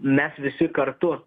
mes visi kartu